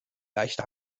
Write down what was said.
leichte